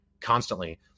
Constantly